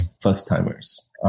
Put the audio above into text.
first-timers